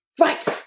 Right